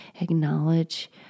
acknowledge